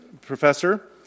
professor